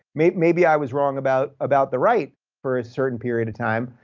maybe maybe i was wrong about about the right for a certain period of time.